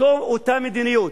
אותה מדיניות,